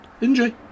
enjoy